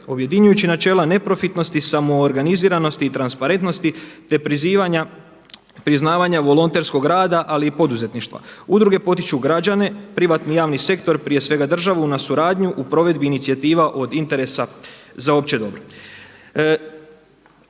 Objedinjujući načela neprofitnosti, samoorganiziranosti i transparentnosti, te prizivanja priznavanja volonterskog rada ali i poduzetništva. Udruge potiču građane, privatni i javni sektor prije svega državu na suradnju u provedbi inicijativa od interesa za opće dobro.